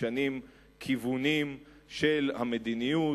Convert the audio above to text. משנים כיוונים של המדיניות.